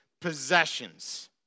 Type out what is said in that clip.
possessions